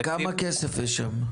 כמה כסף יש שם?